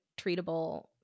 treatable